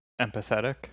empathetic